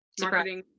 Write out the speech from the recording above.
marketing